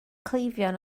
cleifion